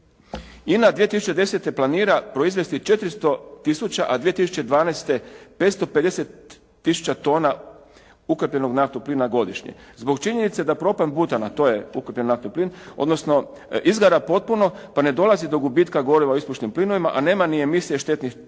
INA 2010. planira proizvesti 400000, a 2012. 550000 tona ukapljenog naftnog plina godišnje. Zbog činjenice da propan butan a to je ukapljen naftni plin, odnosno izgara potpuno pa ne dolazi do gubitka goriva u ispušnim plinovima, a nema ni emisije štetnih čestica